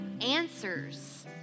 answers